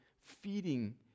feeding